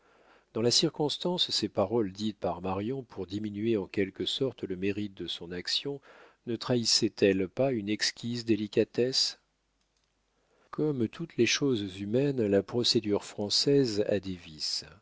dans la circonstance ces paroles dites par marion pour diminuer en quelque sorte le mérite de son action ne trahissaient elles pas une exquise délicatesse comme toutes les choses humaines la procédure française a